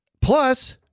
plus